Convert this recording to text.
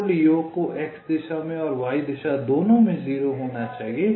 कुल योग को x दिशा में और y दिशा दोनों में 0 होना चाहिए